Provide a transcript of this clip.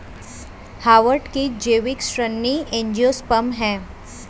hardwood की जैविक श्रेणी एंजियोस्पर्म है